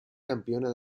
campiona